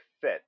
fit